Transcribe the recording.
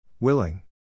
Willing